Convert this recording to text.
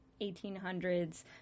1800s